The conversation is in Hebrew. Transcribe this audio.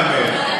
אני מוכן להמר.